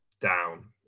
down